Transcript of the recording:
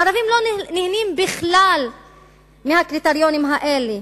ערבים לא נהנים בכלל מהקריטריונים האלה.